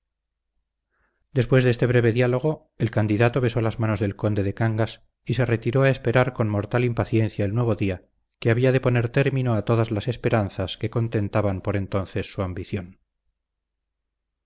después de este breve diálogo el candidato besó las manos del conde de cangas y se retiró a esperar con mortal impaciencia el nuevo día que había de poner término a todas las esperanzas que contentaban por entonces su ambición